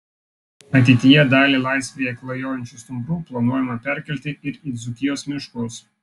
ateityje dalį laisvėje klajojančių stumbrų planuojama perkelti ir į dzūkijos miškus